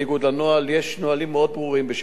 יש נהלים מאוד ברורים בשירות בתי-הסוהר: